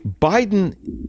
Biden